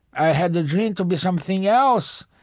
i had the dream to be something else,